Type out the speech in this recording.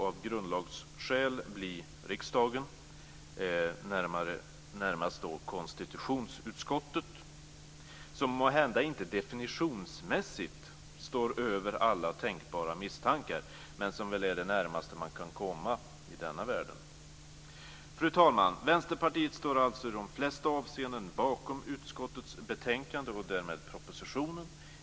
Av grundlagsskäl måste det bli riksdagen, och då närmast konstitutionsutskottet, som måhända inte definitionsmässigt står över alla tänkbara misstankar men som väl är det närmaste man kan komma i denna världen. Fru talman! Vänsterpartiet står alltså i de flesta avseenden bakom utskottets betänkande och därmed bakom propositionen.